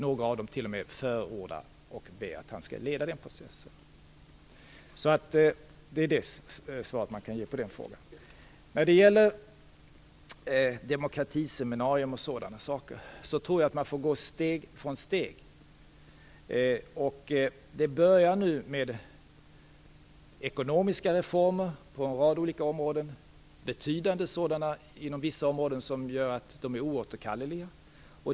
Några av dem t.o.m. förordar och ber att han skall leda den processen. Det är det svar man kan ge på den frågan. När det gäller demokratiseminarium och sådana saker tror jag att man får gå steg för steg. Det börjar nu med ekonomiska reformer på en rad olika områden, betydande sådana inom vissa områden, som gör att de är oåterkalleliga.